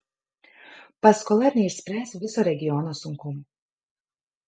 paskola neišspręs viso regiono sunkumų